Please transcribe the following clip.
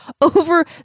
over